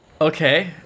Okay